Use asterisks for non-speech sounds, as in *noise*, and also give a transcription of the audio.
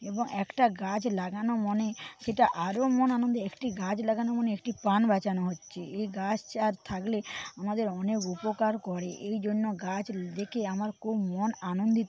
এবং একটা গাছ লাগানো মানে সেটা আরও মন আনন্দে একটি গাছ লাগানো মানে একটি প্রাণ বাঁচানো হচ্ছে এ গাছ *unintelligible* থাকলে আমাদের অনেক উপকার করে এইজন্য গাছ দেখে আমার খুব মন আনন্দিত